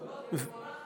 זה מבורך,